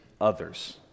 others